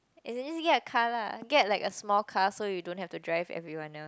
as in just get a car lah get like a small car so you don't have to drive everyone else